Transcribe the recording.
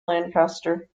lancashire